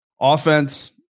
Offense